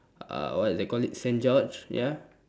uh what they call it saint george ya